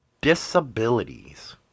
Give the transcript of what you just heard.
Disabilities